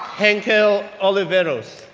heankel oliveros,